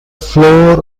floor